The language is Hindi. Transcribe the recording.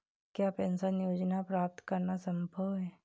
क्या पेंशन योजना प्राप्त करना संभव है?